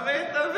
אתה מבין?